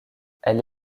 elle